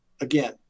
Again